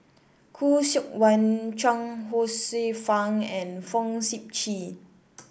Khoo Seok Wan Chuang Hsueh Fang and Fong Sip Chee